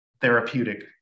therapeutic